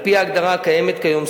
על-פי ההגדרה הקיימת כיום,